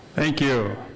thank you.